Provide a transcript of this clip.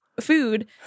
food